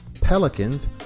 Pelicans